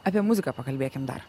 apie muziką pakalbėkim dar